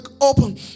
open